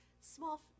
small